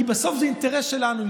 כי בסוף זה אינטרס שלנו,